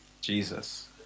Jesus